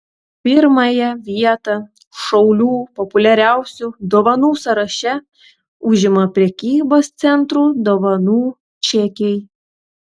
pirmąją vietą šaulių populiariausių dovanų sąraše užima prekybos centrų dovanų čekiai